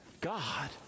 God